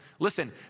Listen